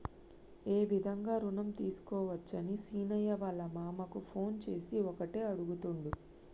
ఏ విధంగా రుణం తీసుకోవచ్చని సీనయ్య వాళ్ళ మామ కు ఫోన్ చేసి ఒకటే అడుగుతుండు